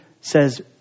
says